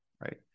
right